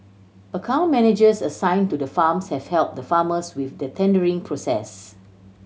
account managers assign to the farms have help the farmers with the tendering process